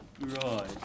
Right